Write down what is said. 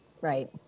Right